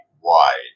wide